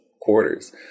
quarters